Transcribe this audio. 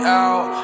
out